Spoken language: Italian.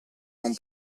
non